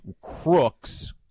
crooks